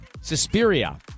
Suspiria